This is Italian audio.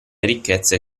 ricchezze